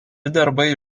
darbai